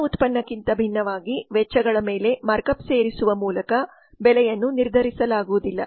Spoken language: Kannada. ಇತರ ಉತ್ಪನ್ನಕ್ಕಿಂತ ಭಿನ್ನವಾಗಿ ವೆಚ್ಚಗಳ ಮೇಲೆ ಮಾರ್ಕ್ಅಪ್ ಸೇರಿಸುವ ಮೂಲಕ ಬೆಲೆಯನ್ನು ನಿರ್ಧರಿಸಲಾಗುವುದಿಲ್ಲ